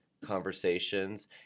conversations